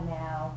now